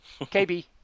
KB